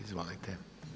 Izvolite.